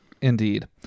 indeed